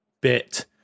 bit